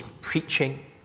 preaching